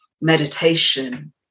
meditation